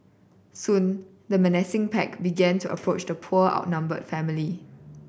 soon the menacing pack began to approach the poor outnumber family